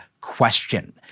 question